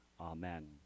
Amen